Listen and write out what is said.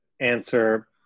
answer